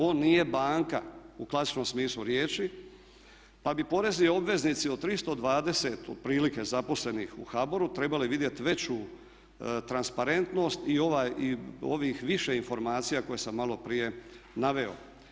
On nije banka u klasičnom smislu riječi, pa bi porezni obveznici od 320 otprilike zaposlenih u HBOR-u trebali vidjeti veću transparentnost i ovih više informacija koje sam malo prije naveo.